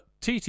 tt